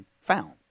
found